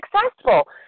successful